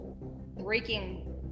breaking